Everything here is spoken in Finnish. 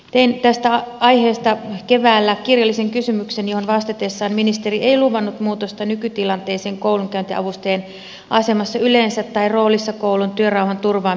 tein tästä aiheesta keväällä kirjallisen kysymyksen johon vastatessaan ministeri ei luvannut muutosta nykytilanteeseen koulunkäyntiavustajien asemassa yleensä tai roolissa koulun työrauhan turvaamisessa